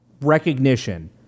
recognition